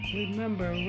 remember